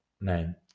man